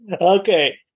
Okay